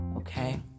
Okay